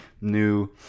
new